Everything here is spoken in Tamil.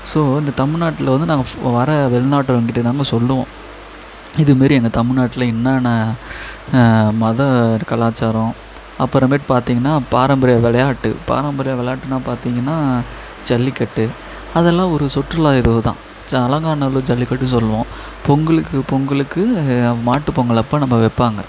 ஸோ இந்த தமிழ்நாட்டில் வந்து நாங்கள் வர வெளிநாட்டவங்கக்கிட்டே நாங்கள் சொல்வோம் இதுமாரி எங்கள் தமிழ்நாட்டில் என்னென்ன மத கலாச்சாரம் அப்பறமேட்டு பார்த்தீங்கன்னா பாரம்பரிய விளையாட்டு பாரம்பரிய விளையாட்டுனா பார்த்தீங்கன்னா ஜல்லிக்கட்டு அதெல்லாம் ஒரு சுற்றுலா இது தான் அலங்காநல்லூர் ஜல்லிக்கட்டு சொல்வோம் பொங்கலுக்கு பொங்கலுக்கு மாட்டுப்பொங்கல் அப்போ நம்ம வைப்பாங்க